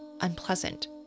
unpleasant